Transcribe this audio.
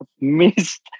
missed